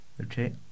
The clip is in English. Okay